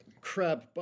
crab